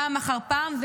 פעם אחר פעם,